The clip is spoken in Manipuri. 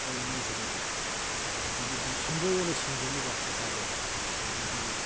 ꯑꯩꯈꯣꯏ ꯏꯅꯦꯁꯤꯗꯒꯤ ꯑꯗꯨꯗꯒꯤꯗꯤ ꯑꯗꯨꯝ ꯁꯦꯟꯗꯣꯏ ꯑꯣꯏꯅ ꯁꯤꯡꯗꯣꯏꯅꯤꯀꯣ ꯄꯩꯁꯥꯁꯦ ꯑꯗꯨꯗꯒꯤꯗꯤ